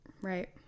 Right